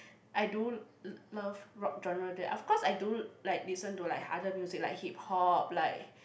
I do love love rock genre that of course I do like listen to like other music like hip-hop like